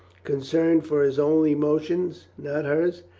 concerned for his own emotions, not hers.